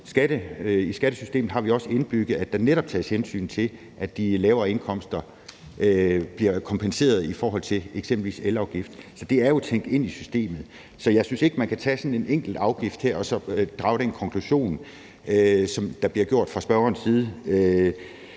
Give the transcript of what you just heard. I skattesystemet har vi også indbygget, at der netop tages hensyn til, at de lavere indkomster bliver kompenseret i forhold til eksempelvis elafgiften. Så det er jo tænkt ind i systemet. Så jeg synes ikke, man kan tage sådan en enkelt afgift her og så drage den konklusion, som der bliver gjort fra spørgerens side.